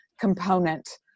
component